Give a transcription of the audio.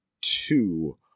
two